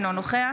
אינו נוכח